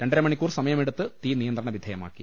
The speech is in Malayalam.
രണ്ടരമണിക്കൂർ സമയമെടുത്ത് തീ നിയ ന്ത്രണവിധേയമാക്കി